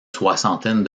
soixantaine